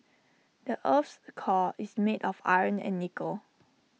the Earth's core is made of iron and nickel